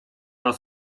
nad